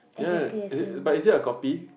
ya uh but is it a copy